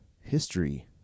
history